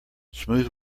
smooth